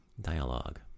dialogue